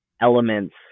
elements